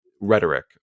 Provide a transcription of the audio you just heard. rhetoric